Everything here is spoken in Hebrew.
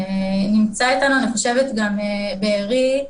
אני חושבת שנמצא איתנו כאן בארי,